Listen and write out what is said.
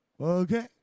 okay